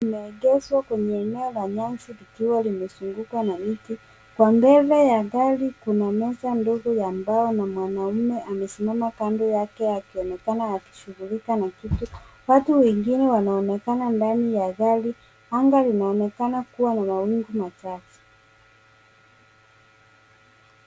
Limeegezwa kwenye eneo la nyasi likiwa limezungukwa na miti. Kwa mbeve ya gari kuna meza ndogo ya mbao na mwanaume amesimama kando yake akionekana akishughulika na kitu. Watu wengine wanaonekana ndani ya gari. Angaa linaonekana kuwa la mawingu machache.